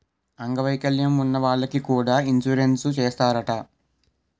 అంగ వైకల్యం ఉన్న వాళ్లకి కూడా ఇన్సురెన్సు చేస్తారట